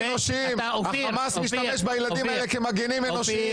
החמאס משתמש בילדים האלה כמגינים אנושיים.